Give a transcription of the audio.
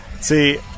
See